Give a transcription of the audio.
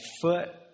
foot